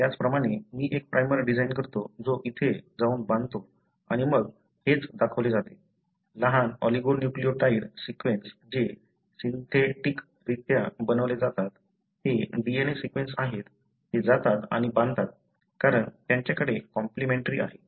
त्याचप्रमाणे मी एक प्राइमर डिझाईन करतो जो इथे जाऊन बांधतो आणि मग हेच दाखवले जाते लहान ऑलिगोन्यूक्लियोटाइड सीक्वेन्स जे सिन्थेटिकरित्या बनवले जातात ते DNA सीक्वेन्स आहेत ते जातात आणि बांधतात कारण त्यांच्याकडे कॉम्लिमेन्ट्री आहे